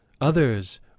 others